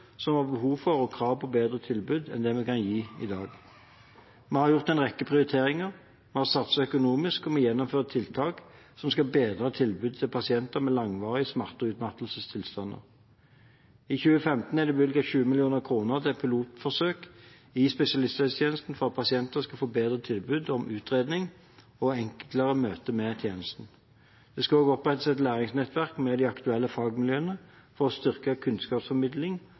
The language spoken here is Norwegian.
som har behov for og krav på et bedre tilbud enn det vi kan gi i dag. Vi har gjort en rekke prioriteringer, vi har satset økonomisk, og vi gjennomfører tiltak som skal bedre tilbudet til pasienter med langvarige smerte- og utmattelsestilstander. I 2015 er det bevilget 20 mill. kr til et pilotforsøk i spesialisthelsetjenesten for at pasienter skal få bedre tilbud om utredning og et enklere møte med tjenestene. Det skal også opprettes et læringsnettverk med de aktuelle fagmiljøene for å styrke